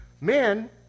Men